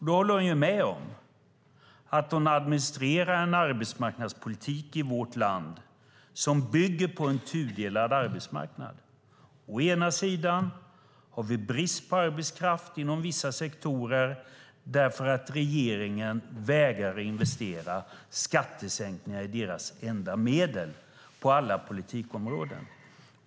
Då håller hon ju med om att hon administrerar en arbetsmarknadspolitik i vårt land som bygger på en tudelad arbetsmarknad. Å ena sidan har vi brist på arbetskraft inom vissa sektorer för att regeringen vägrar att investera. Skattesänkningar är deras enda medel på alla politikområden.